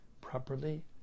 properly